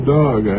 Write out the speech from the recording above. dog